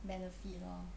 benefit lor